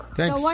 Thanks